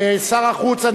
שר החוץ,